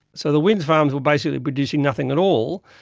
so the wind farms were basically producing nothing at all.